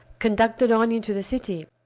conducted on into the city.